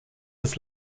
des